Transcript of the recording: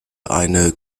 eine